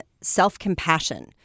self-compassion